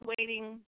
waiting